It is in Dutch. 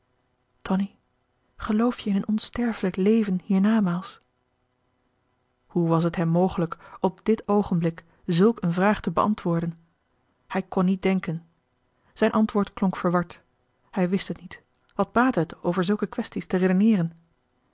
tonie geloof je in een onsterfelijk leven hiernamaals hoe was het hem mogelijk op dit oogenblik zulk een vraag te beantwoorden hij kon niet denken zijn antwoord klonk verward hij wist het niet wat baatte het over zulke quaestie's te redeneeren